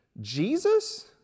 Jesus